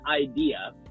idea